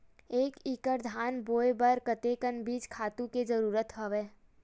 एक एकड़ धान बोय बर कतका बीज खातु के जरूरत हवय?